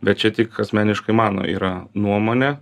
bet čia tik asmeniškai mano yra nuomonė